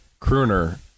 crooner